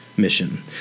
Mission